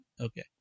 Okay